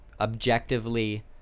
objectively